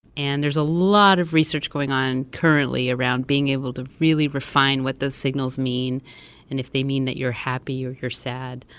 and there's a lot of research going on currently around being able to really refine what those signals mean and if they mean that you're happy or you're sad.